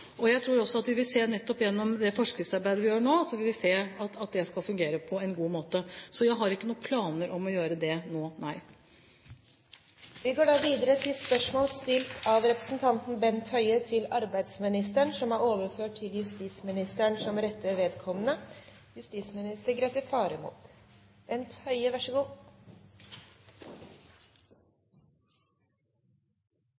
Jeg tror også at vi nettopp gjennom det forskriftsarbeidet vi gjør nå, vil se at det skal fungere på en god måte. Så jeg har ikke noen planer om å gjøre det nå, nei. Dette spørsmålet, fra representanten Bent Høie til arbeidsministeren, vil bli besvart av justisministeren som rette vedkommende. «Høyre ba regjeringen i 2008 å endre kravet til underhold, slik at dette kom opp på et mer realistisk nivå. Dette stemte regjeringspartiene mot.